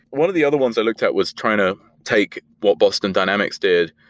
one of the other ones i looked at was trying to take what boston dynamics did,